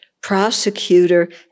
prosecutor